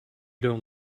don’t